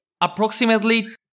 approximately